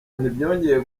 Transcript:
ntibyongeye